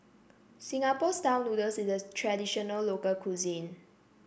Singapore style noodles is a traditional local cuisine